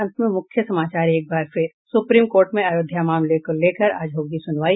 और अब अंत में मुख्य समाचार सुप्रीम कोर्ट में अयोध्या मामले को लेकर आज होगी सुनवाई